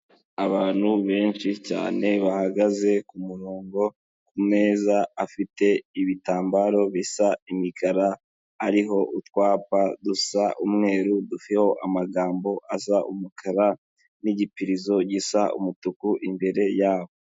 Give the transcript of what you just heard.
Abantu benshi cyane bahagaze ku murongo, ameza afite ibitambaro bisa imikara, ariho utwapa dusa umweru, turiho amagambo asa umukara n'igipirizo gisa umutuku imbere yabo.